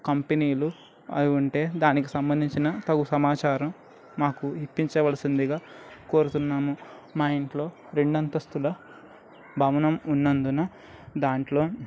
కంపెనీలు అవి ఉంటే దానికి సంబంధించిన తగు సమాచారం మాకు ఇప్పించవలసిందిగా కోరుతున్నాము మా ఇంట్లో రెండు అంతస్తుల భవనం ఉన్నందున దాంట్లో